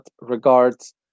regards